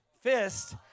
fist